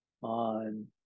on